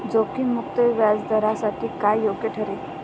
जोखीम मुक्त व्याजदरासाठी काय योग्य ठरेल?